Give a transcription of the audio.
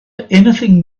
anything